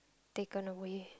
taken away